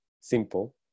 simple